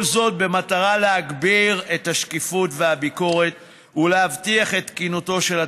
כל זאת במטרה להגביר את השקיפות והביקורת ולהבטיח את תקינותו של התהליך.